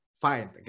Fine